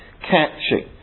catching